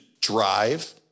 drive